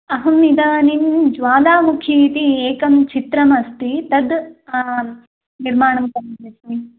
अहम् इदानीं ज्वालामुखी इति एकं चित्रमस्ति तद् निर्माणं कुर्वन्नस्मि